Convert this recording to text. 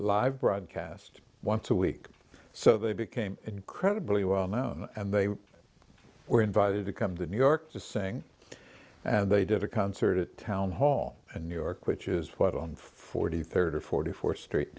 live broadcast once a week so they became incredibly well known and they were invited to come to new york to sing and they did a concert at town hall in new york which is white on forty third or forty fourth str